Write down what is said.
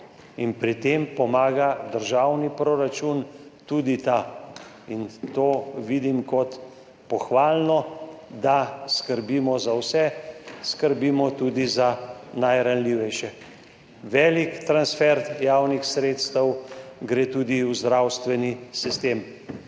Pri tem pomaga državni proračun, tudi ta, in to vidim kot pohvalno, da skrbimo za vse, skrbimo tudi za najranljivejše. Velik transfer javnih sredstev gre tudi v zdravstveni sistem.